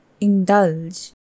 indulge